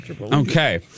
Okay